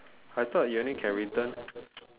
I thought you only can return